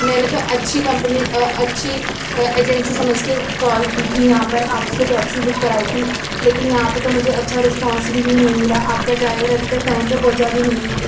میں نے تو اچھی کمپنی اچھی ایجنسی سمجھ کے کال کی تھی یہاں پر آپ سے ٹیکسی بک کرائی تھی لیکن یہاں پہ تو مجھے اچھا رسپانس بھی نہیں نہیں ملا آپ کا ڈرائیور ابھی تک ٹائم پہ پہنچا بھی نہیں ہے